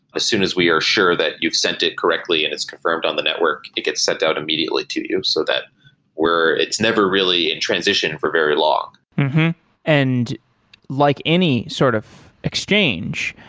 as soon as we are sure that you've sent it correctly and it's confirmed on the network, it gets sent out immediately to you so that we're it's never really in transition for very long and like any sort of exchange,